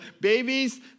babies